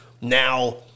Now